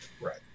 right